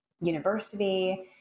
university